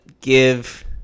give